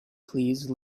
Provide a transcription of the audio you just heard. please